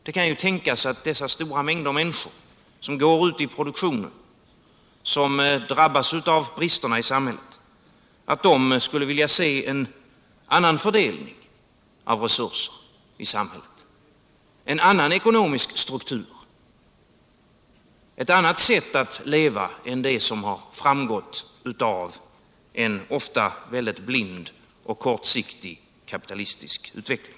Det kan tänkas att dessa stora mängder människor som går ute i produktionen, som drabbas av bristerna i samhället, skulle vilja se en annan fördelning av resurser i samhället, en annan ekonomisk struktur, ett annat sätt att leva än det som har framgått av en ofta mycket blind och kortsiktig kapitalistisk utveckling.